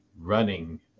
running